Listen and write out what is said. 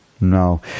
No